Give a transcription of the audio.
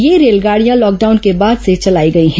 ये रेलगाडियां लॉकडाउन के बाद से चलाई गई हैं